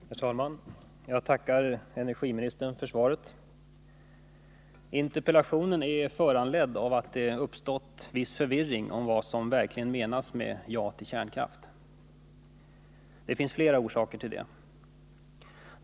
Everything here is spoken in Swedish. Herr talman! Jag tackar energiministern för svaret. Interpellationen är föranledd av att det uppstått viss förvirring om vad som egentligen menas med ja till kärnkraft. Det finns flera orsaker till det.